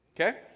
Okay